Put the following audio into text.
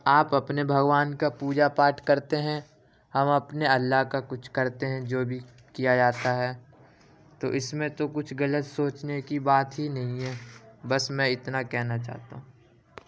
آپ اپنے بھگوان کا پوجا پاٹھ کرتے ہیں ہم اپنے اللہ کا کچھ کرتے ہیں جو بھی کیا جاتا ہے تو اس میں تو کچھ غلط سوچنے کی بات ہی نہیں ہے بس میں اتنا کہنا چاہتا ہوں